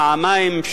פעמיים,